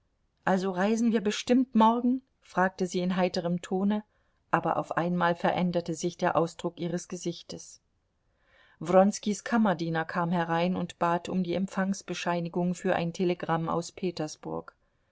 also reisen wir bestimmt morgen fragte sie in heiterem tone aber auf einmal veränderte sich der ausdruck ihres gesichtes wronskis kammerdiener kam herein und bat um die empfangsbescheinigung für ein telegramm aus petersburg